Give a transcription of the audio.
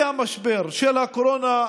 משקף את המציאות שקורית במדינה.